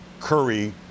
Curry